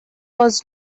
was